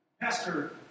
Pastor